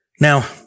Now